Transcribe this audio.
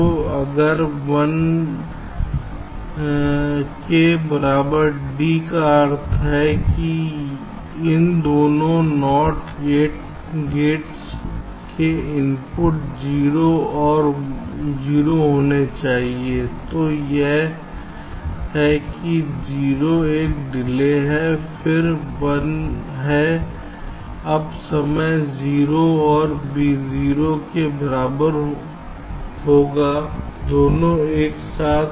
तो अगर 1 के बराबर d का अर्थ है कि इन दोनों NOT गेट के इनपुट 0 और 0 होने चाहिए तो यह है कि 0 एक डिले है फिर से 1 है अब समय 0 और B 0 के बराबर होगा दोनों एक साथ